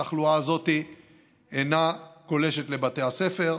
התחלואה הזאת אינה גולשת לבתי הספר,